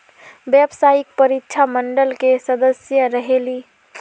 व्यावसायिक परीक्षा मंडल के सदस्य रहे ली?